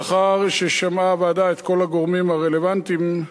לאחר ששמעה הוועדה את כל הגורמים הרלוונטיים,